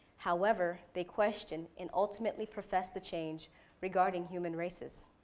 however, they questioned and ultimately professed a change regarding human races.